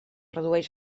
redueix